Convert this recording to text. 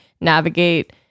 navigate